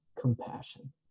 compassion